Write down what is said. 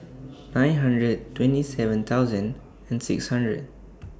nine hundred twenty seven thousand and six hundred